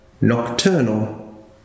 nocturnal